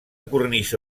cornisa